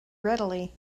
readily